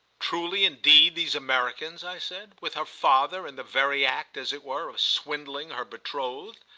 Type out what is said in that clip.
truly indeed these americans! i said. with her father in the very act, as it were, of swindling her betrothed!